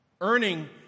Earning